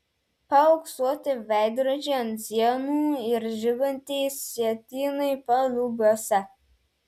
paauksuoti veidrodžiai ant sienų ir žibantys sietynai palubiuose